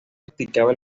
practicaba